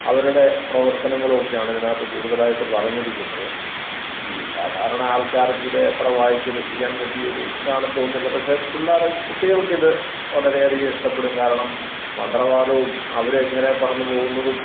അവരുടെ പ്രവർത്തനങ്ങളും ഒക്കെയാണ് ഇതിനകത്ത് കൂടുതലായിട്ട് പറഞ്ഞിരിക്കുന്നത് ഈ സാധാരണ ആൾക്കാർക്കിത് അത്ര വായിച്ച് രസിക്കാൻ പറ്റിയ ഒരു ഇതാണെന്നു തോന്നുന്നില്ല പക്ഷെ പിള്ളേർ കുട്ടികൾക്കിത് വളരെയധികം ഇഷ്ടപ്പെടും കാരണം മന്ത്രവാദവും അവരെങ്ങനെ പറന്നു പോകുന്നതും